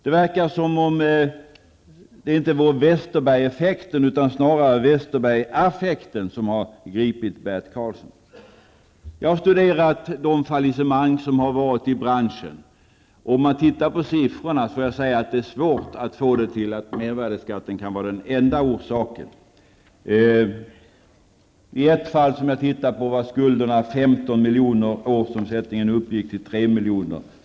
Det verkar som om det inte är Westerbergeffekten utan snarare Westerbergaffekten som har gripit Jag har studerat de fallissemang som har förekommit i branschen. Men det är svårt att se att mervärdeskatten skulle vara den enda orsaken. I ett fall som jag har studerat var skulderna 15 miljoner.